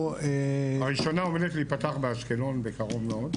הראשונה עומדת להיפתח באשקלון בקרוב מאוד,